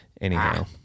anyhow